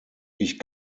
ich